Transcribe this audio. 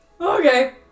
Okay